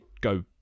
go